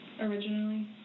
originally